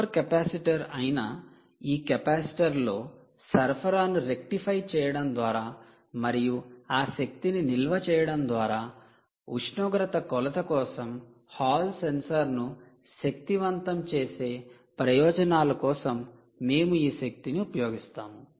super capacitor అయిన ఈ capacitor లో సరఫరాను రెక్టిఫై చేయడం ద్వారా మరియు ఆ శక్తిని నిల్వ చేయడం ద్వారా ఉష్ణోగ్రత కొలత కోసం హాల్ సెన్సార్ను శక్తివంతం చేసే ప్రయోజనాల కోసం మేము ఈ శక్తిని ఉపయోగిస్తాము